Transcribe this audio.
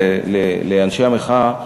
לאנשי המחאה,